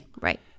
Right